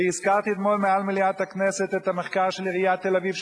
והזכרתי אתמול במליאת הכנסת את המחקר של עיריית תל-אביב,